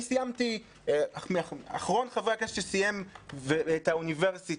אני אחרון חברי הכנסת שסיים את האוניברסיטה,